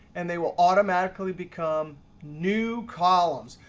and they will automatically become new columns.